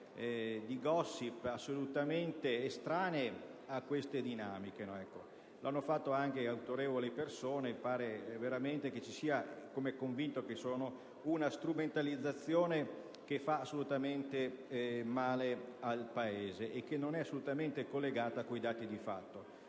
di *gossip* assolutamente estranee a queste dinamiche. L'hanno fatto anche autorevoli persone; sembra veramente che ci sia, ne sono convinto, una strumentalizzazione che fa assolutamente male al Paese e che non è assolutamente collegata con i dati di fatto.